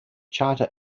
charter